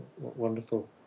Wonderful